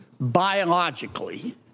Biologically